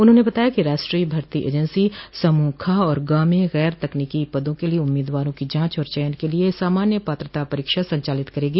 उन्होंने बताया कि राष्ट्रीय भर्ती एजेंसी समूह ख और ग म गैर तकनीकी पदों के लिए उम्मीदवारों की जांच और चयन के लिए सामान्य पात्रता परीक्षा संचालित करेगी